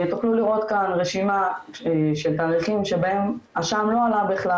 תוכלו לראות כאן רשימה של תאריכים שבהם השע"ם לא עלה בכלל,